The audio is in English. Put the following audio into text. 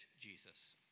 Jesus